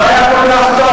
לא היה כל כך טוב,